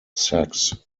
sex